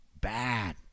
Bad